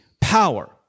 Power